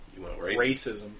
Racism